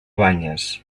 banyes